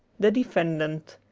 the defendant